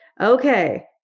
okay